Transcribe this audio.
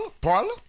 Parlor